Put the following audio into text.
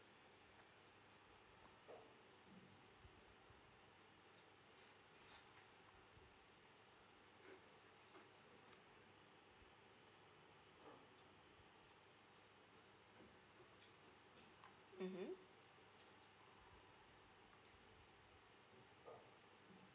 mmhmm